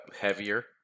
heavier